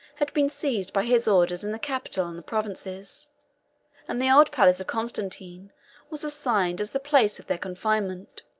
had been seized by his orders in the capital and the provinces and the old palace of constantine was assigned as the place of their confinement.